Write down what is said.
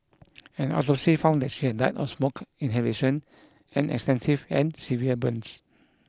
an autopsy found that she had died of smoke inhalation and extensive and severe burns